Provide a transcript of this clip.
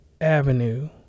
Avenue